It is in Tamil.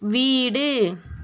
வீடு